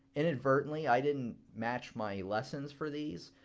inadvertently, i didn't match my lessons for these,